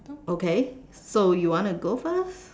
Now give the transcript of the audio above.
okay so you want to go first